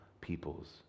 peoples